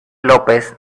lópez